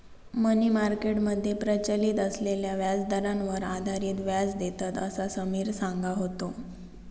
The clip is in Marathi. मनी मार्केट मध्ये प्रचलित असलेल्या व्याजदरांवर आधारित व्याज देतत, असा समिर सांगा होतो